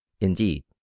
Indeed